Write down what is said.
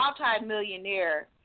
multimillionaire